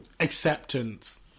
Acceptance